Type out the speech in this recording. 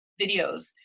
videos